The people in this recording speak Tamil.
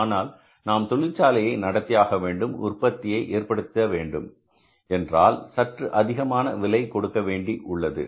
ஆனால் நாம் தொழிற்சாலையை நடத்தியாக வேண்டும் உற்பத்தியை ஏற்படுத்த வேண்டும் என்றால் சற்று அதிகமாக விலை கொடுக்க வேண்டி உள்ளது